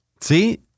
See